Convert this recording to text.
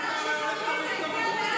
מה אתה הולך סביב-סביב?